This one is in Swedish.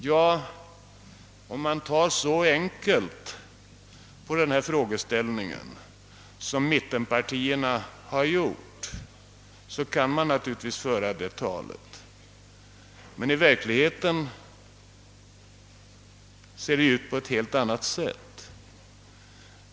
Ja, om man tar så enkelt på frågeställningen som mittenpartierna har gjort, så kan man naturligtvis föra det talet, men i verkligheten ser det ju ut på ett helt annat sätt.